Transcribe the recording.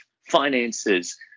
finances